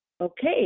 Okay